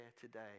today